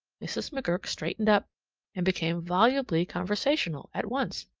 mrs. mcgurk straightened up and became volubly conversational at once.